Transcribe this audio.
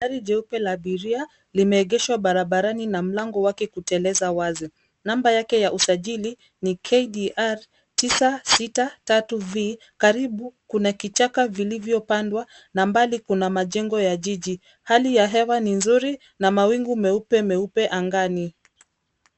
Gari jeupe la abiria limeegeshwa barabarani na mlango wake kuteleza wazi. Namba yake ya usajili ni KDR 963V, karibu kuna kichaka vilivyopandwa a mbali kuna majengo ya jiji. Hali ya hewa ni nzuri na mawingu meupemeupe angani.